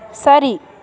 சரி